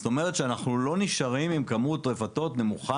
זאת אומרת שאנחנו לא נשארים עם כמות רפתות נמוכה